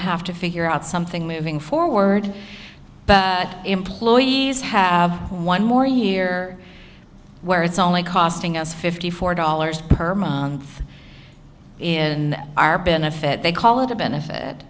have to figure out something moving forward but employees have one more year where it's only costing us fifty four dollars per month in our benefit they call it a benefit